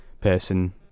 person